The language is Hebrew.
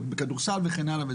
בכדורסל וכן הלאה.